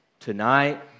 Tonight